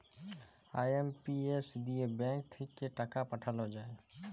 IMPS দিয়ে bank থাক্যে টাকা পাঠাল যায়